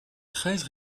treize